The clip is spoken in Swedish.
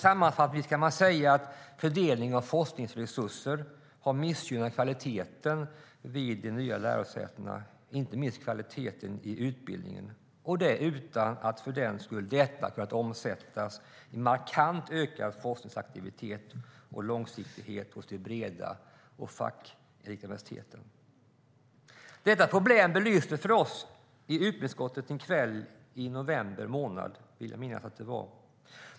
Sammanfattningsvis kan man säga att fördelningen av forskningsresurser har missgynnat kvaliteten vid de nya lärosätena, inte minst kvaliteten i utbildningen, utan att detta för den skull kunnat omsättas i markant ökad forskningsaktivitet och långsiktighet vid de breda och de fackinriktade universiteten. Detta problem belystes för oss i utbildningsutskottet en kväll i november månad, vill jag minnas.